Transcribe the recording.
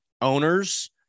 owners